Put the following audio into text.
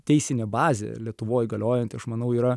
teisinė bazė lietuvoj galiojanti aš manau yra